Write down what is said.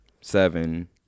seven